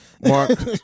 Mark